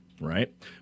right